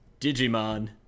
Digimon